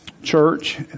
Church